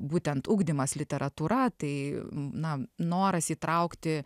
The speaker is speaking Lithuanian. būtent ugdymas literatūra tai na noras įtraukti